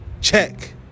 check